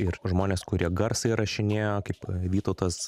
ir žmonės kurie garsą įrašinėjo kaip vytautas